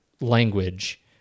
language